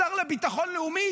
השר לביטחון לאומי,